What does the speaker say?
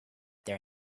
their